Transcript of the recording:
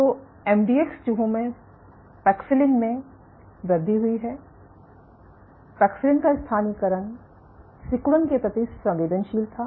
तो एमडीएक्स चूहों में है पैक्सिलिन में वृद्धि हुई है पैक्सिलिन स्थानीयकरण सिकुड़न के प्रति संवेदनशील था